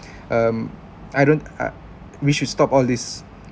um I don't I we should stop all these